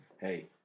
hey